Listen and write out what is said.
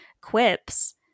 quips